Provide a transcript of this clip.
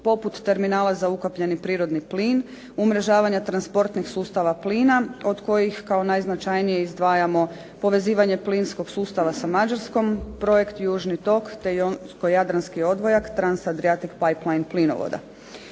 poput terminala za ukapljeni prirodni plin, umrežavanja transportnih sustava plina od kojih kao najznačajnije izdvajamo povezivanje plinskog sustava sa Mađarskom projekt Južni tok te Jonsko-jadranski odvojak Trans Adriatic Pipe Line plinovoda.